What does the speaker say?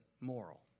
moral